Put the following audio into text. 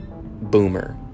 boomer